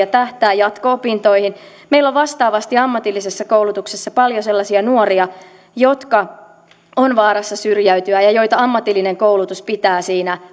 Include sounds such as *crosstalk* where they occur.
*unintelligible* ja tähtäävät jatko opintoihin meillä on vastaavasti ammatillisessa koulutuksessa paljon sellaisia nuoria jotka ovat vaarassa syrjäytyä ja joita ammatillinen koulutus pitää siinä *unintelligible*